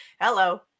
hello